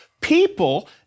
People